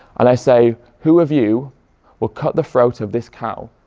and i say who of you will cut the throat of this cow.